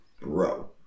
bro